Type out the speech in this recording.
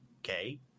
okay